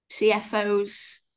CFOs